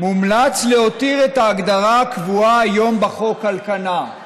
"מומלץ להותיר את ההגדרה הקבועה היום בחוק על כנה".